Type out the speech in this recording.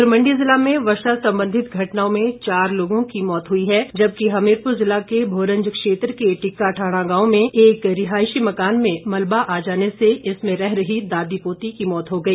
उधर मंडी ज़िला में वर्षा संबधित घटनाओं में चार लोगों की मौत हुई है जबकि हमीरपुर ज़िला के भोरंज क्षेत्र के टिक्का ठाणा गांव में एक रिहायशी मकान में मलबा आ जाने से इसमें रह रही दादी पोती की मौत हो गई